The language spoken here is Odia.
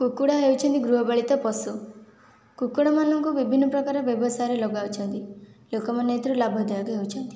କୁକୁଡ଼ା ହେଉଛନ୍ତି ଗୃହପାଳିତ ପଶୁ କୁକୁଡ଼ାମାନଙ୍କୁ ବିଭିନ୍ନ ପ୍ରକାର ବ୍ୟବସାୟରେ ଲଗାଉଛନ୍ତି ଲୋକମାନେ ଏଥିରୁ ଲାଭଦାୟକ ହେଉଛନ୍ତି